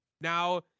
now